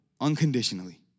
unconditionally